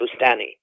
Bustani